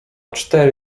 cztery